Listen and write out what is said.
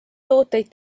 tooteid